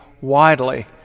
widely